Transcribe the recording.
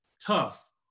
tough